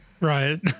Right